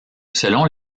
selon